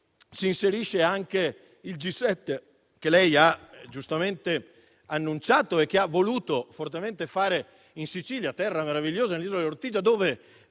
si inserisce anche il G7, che lei ha giustamente annunciato e ha voluto fortemente fare in Sicilia, terra meravigliosa, nell'isola di Ortigia, dove